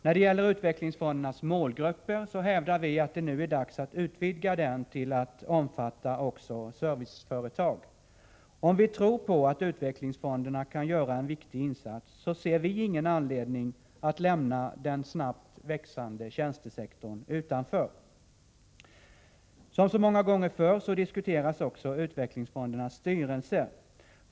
När det gäller utvecklingsfondernas målgrupp hävdar vi att det nu är dags att utvidga denna till att omfatta också serviceföretag. Om vi tror på att utvecklingsfonderna kan göra en viktig insats, ser folkpartiet ingen anledning att lämna den snabbt växande tjänstesektorn utanför. Som så många gånger förr diskuteras också utvecklingsfondernas styrelser.